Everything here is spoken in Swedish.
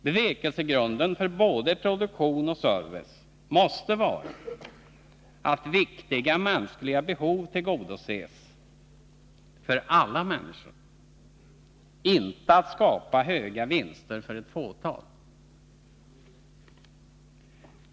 Bevekelsegrunden för både produktion och service måste vara att viktiga mänskliga behov tillgodoses för alla människor, inte att skapa höga vinster för ett fåtal.